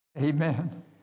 Amen